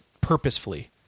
purposefully